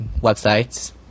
websites